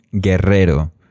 Guerrero